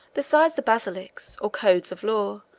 besides the basilics, or code of laws,